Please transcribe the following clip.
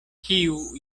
kiu